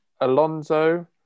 Alonso